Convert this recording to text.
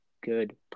good